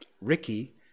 Ricky